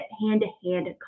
hand-to-hand